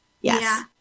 yes